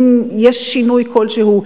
האם יש שינוי כלשהו.